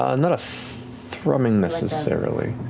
ah not a thrumming necessarily.